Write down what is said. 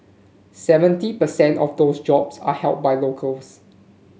seventy per cent of those jobs are held by locals